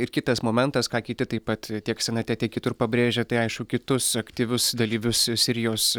ir kitas momentas ką kiti taip pat tiek senate tiek kitur pabrėžia tai aišku kitus aktyvius dalyvius sirijos